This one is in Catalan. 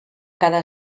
cada